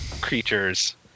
creatures